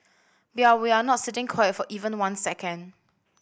we are we are not sitting quiet for even one second